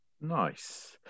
Nice